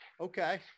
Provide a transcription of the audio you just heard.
Okay